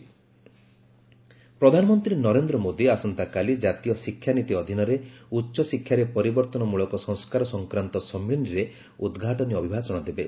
PM address ପ୍ରଧାନମନ୍ତ୍ରୀ ନରେନ୍ଦ୍ର ମୋଦୀ ଆସନ୍ତାକାଲି ଜାତୀୟ ଶିକ୍ଷାନୀତି ଅଧୀନରେ ଉଚ୍ଚଶିକ୍ଷାରେ ପରିବର୍ଭନ ମୂଳକ ସଂସ୍କାର ସଂକ୍ରାନ୍ତ ସମ୍ମିଳନୀରେ ଉଦ୍ଘାଟନୀ ଅଭିଭାଷଣ ଦେବେ